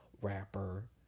rapper